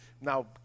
Now